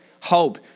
hope